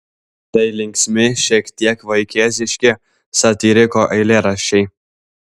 tai linksmi šiek tiek vaikėziški satyriko eilėraščiai